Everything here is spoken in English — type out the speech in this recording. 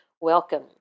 Welcome